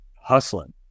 hustling